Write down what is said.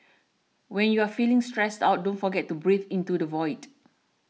when you are feeling stressed out don't forget to breathe into the void